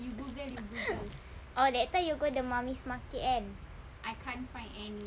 oh that time you go the mummies market kan